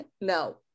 No